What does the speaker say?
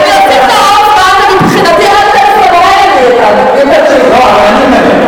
זמן, ומבחינתי עד שתים-עשרה בלילה נהיה כאן.